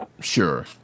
Sure